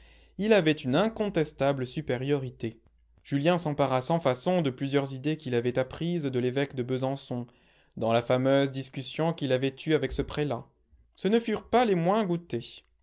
il avait une incontestable supériorité julien s'empara sans façon de plusieurs idées qu'il avait apprises de l'évêque de besançon dans la fameuse discussion qu'il avait eue avec ce prélat ce ne furent pas les moins goûtées